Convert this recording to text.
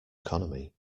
economy